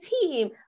team